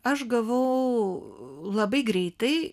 aš gavau labai greitai